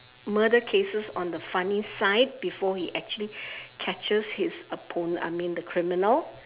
murder cases on the funny side before he actually catches his opponent I mean the criminal